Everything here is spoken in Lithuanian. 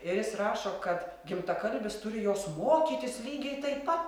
ir jis rašo kad gimtakalbis turi jos mokytis lygiai taip pat